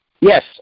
Yes